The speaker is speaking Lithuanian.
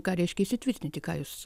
ką reiškia įsitvirtinti ką jūs